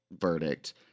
verdict